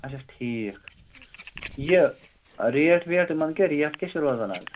اچھا ٹھیک یہِ ریٹ ویٹ یِمَن کیاہ ریٹ کیاہ چھِ روزان از